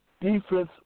defense